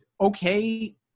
okay